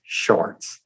shorts